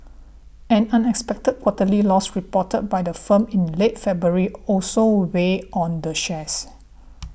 an unexpected quarterly loss reported by the firm in late February also weighed on the shares